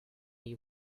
you